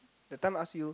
that time ask you